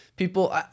People